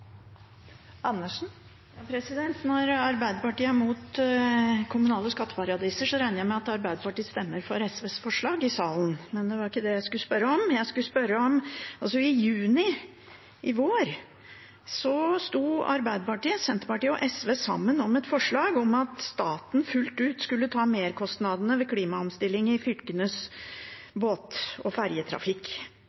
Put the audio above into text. mot kommunale skatteparadiser, så regner jeg med at Arbeiderpartiet stemmer for SVs forslag i salen. Men det var ikke det jeg skulle spørre om. Det jeg skulle spørre om, var at i juni, i vår, sto Arbeiderpartiet, Senterpartiet og SV sammen om et forslag om at staten fullt ut skulle ta merkostnadene ved klimaomstillinger i fylkenes